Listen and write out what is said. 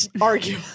Argue